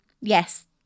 Yes